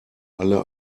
alle